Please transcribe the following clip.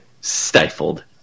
stifled